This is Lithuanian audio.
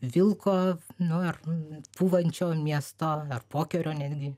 vilko nu ar pūvančio miesto ar pokerio netgi